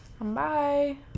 bye